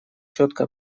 четко